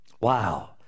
Wow